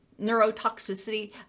neurotoxicity